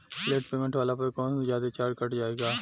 Late payment होला पर कौनोजादे चार्ज कट जायी का?